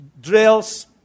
drills